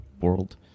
world